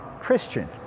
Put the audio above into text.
Christian